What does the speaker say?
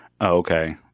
Okay